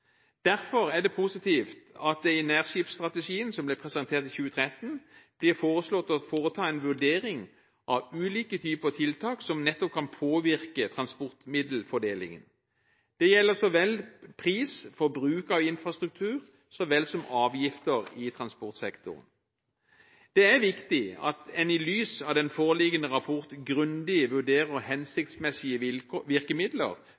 Derfor er det positivt at det i nærskipsstrategien, som ble presentert i 2013, blir foreslått å foreta en vurdering av ulike typer tiltak som nettopp kan påvirke transportmiddelfordelingen. Det gjelder så vel pris for bruk av infrastruktur som avgifter i transportsektoren. Det er viktig at en i lys av den foreliggende rapporten grundig vurderer hensiktsmessige virkemidler